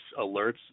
alerts